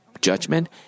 judgment